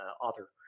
author